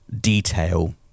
detail